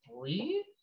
three